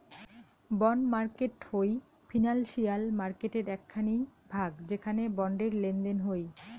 bond market হই financial মার্কেটের এক খানি ভাগ যেখানে বন্ডের লেনদেন হই